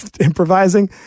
improvising